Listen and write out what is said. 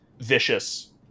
vicious